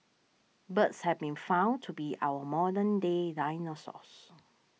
birds have been found to be our modern day dinosaurs